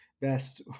best